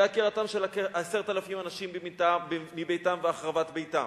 לעקירתם של 10,000 אנשים מביתם ולהחרבת ביתם,